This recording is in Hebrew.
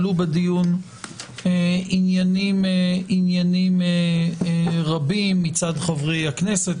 עלו בדיון עניינים רבים מצד חברי הכנסת,